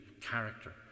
character